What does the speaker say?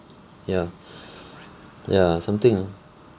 ya ya something ah